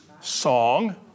song